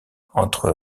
entre